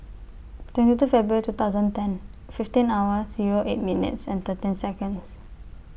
twenty two February two thousand ten fifteen hours Zero eight minutes thirteen Seconds